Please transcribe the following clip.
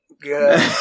Good